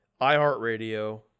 iHeartRadio